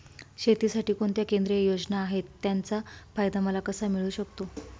शेतीसाठी कोणत्या केंद्रिय योजना आहेत, त्याचा फायदा मला कसा मिळू शकतो?